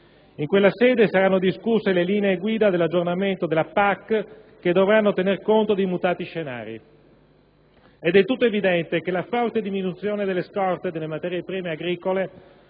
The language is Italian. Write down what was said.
In quella sede saranno discusse le linee guida dell'aggiornamento della PAC, che dovranno tener conto dei mutati scenari. È del tutto evidente che la forte diminuzione delle scorte delle materie prime agricole